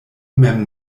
mem